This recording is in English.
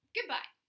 Goodbye